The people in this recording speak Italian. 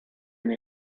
nei